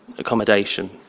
accommodation